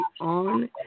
on